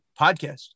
podcast